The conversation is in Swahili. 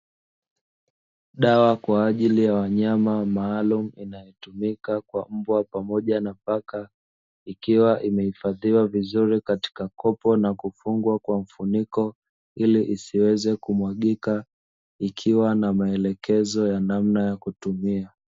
Dawa kwa ajili ya wanyama maalumu inayotumika kwa mbwa pamoja na paka, ikiwa imeifadhiwa vizuri katika kopo na kufungwa na mfuniko, ili isiweze kumwagika ikiwa na maelekezo ya namna ya kutumia.